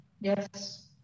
Yes